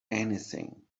anything